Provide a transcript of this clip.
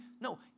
No